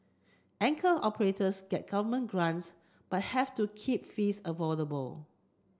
anchor operators get government grants but have to keep fees affordable